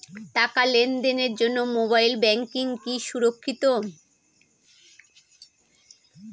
টাকা লেনদেনের জন্য মোবাইল ব্যাঙ্কিং কি সুরক্ষিত?